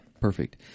Perfect